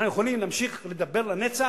אנחנו יכולים להמשיך לדבר לנצח,